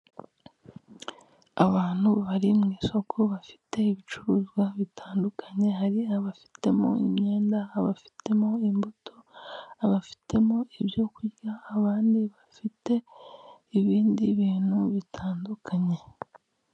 Abantu bari mu isoko bafite ibicuruzwa bitandukanye, hari abafitemo imyenda, abafitemo imbuto, abafitemo ibyo kurya abandi bafite ibindi bintu bitandukanye.